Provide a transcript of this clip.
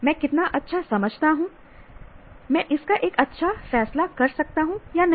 मैं कितना अच्छा समझता हूं मैं इसका एक अच्छा फैसला कर सकता हूं या नहीं